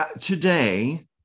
Today